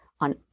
on